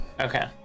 Okay